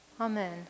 Amen